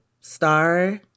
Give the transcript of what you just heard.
star